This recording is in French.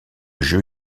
jeu